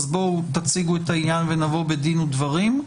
בואו תציגו את העניין ונבוא בדין ודברים.